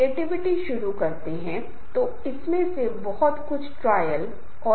इसलिए बहुत सावधान रहें हमें बहुत सतर्क रहना होगा